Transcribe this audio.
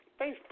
Facebook